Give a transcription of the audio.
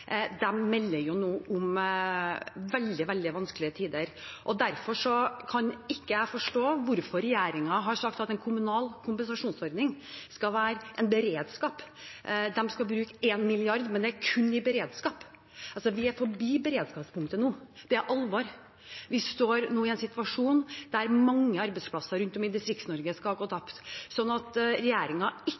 om veldig vanskelige tider. Derfor kan jeg ikke forstå hvorfor regjeringen har sagt at en kommunal kompensasjonsordning skal være en beredskap. De skal bruke 1 mrd. kr, men det er kun i beredskap. Vi er forbi beredskapspunktet nå; det er alvor. Vi står i en situasjon der mange arbeidsplasser rundt om i Distrikts-Norge vil gå tapt. At regjeringen ikke